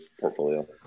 portfolio